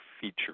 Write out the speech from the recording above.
feature